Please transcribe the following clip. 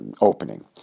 opening